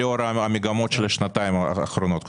המגמות של השנתיים האחרונות.